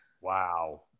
Wow